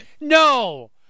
No